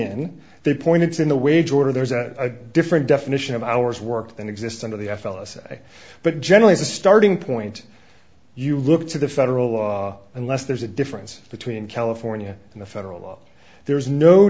in the points in the wage order there's a different definition of hours worked than exist under the f l a say but generally as a starting point you look to the federal law unless there's a difference between california and the federal law there is no